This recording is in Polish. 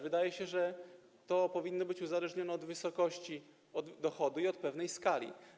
Wydaje się, że to powinno być uzależnione od wysokości dochodu i od pewnej skali.